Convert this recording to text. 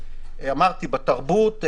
בתרבות,